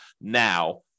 now